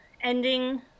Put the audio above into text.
ending